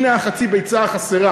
הנה חצי הביצה החסר,